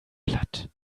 platt